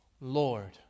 Lord